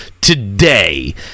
today